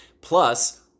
plus